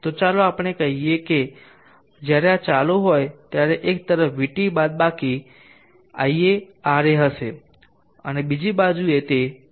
તો ચાલો આપણે કહીએ કે જ્યારે આ ચાલુ હોય ત્યારે તે એક તરફ vt બાદબાકી Ia Ra હશે અને બીજી બાજુ તે eb માઈનસ eb હશે